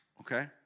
okay